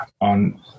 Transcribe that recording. on